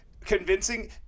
convincing